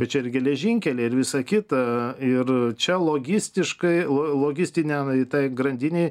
tai čia ir geležinkeliai ir visa kita ir čia logistiškai lo logistinę į tai grandinei